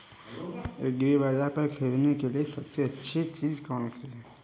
एग्रीबाज़ार पर खरीदने के लिए सबसे अच्छी चीज़ कौनसी है?